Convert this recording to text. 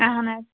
اَہَن حظ